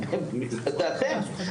זה אתם.